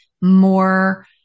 more